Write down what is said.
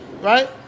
right